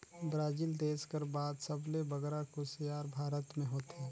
Brazil देस कर बाद सबले बगरा कुसियार भारत में होथे